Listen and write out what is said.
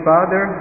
Father